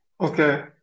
Okay